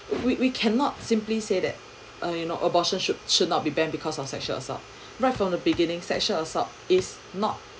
we we cannot simply say that uh you know abortion should should not be banned because of sexual assault right in the beginning sexual assault is not